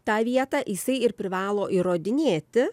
tą vietą jisai ir privalo įrodinėti